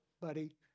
buddy